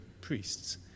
priests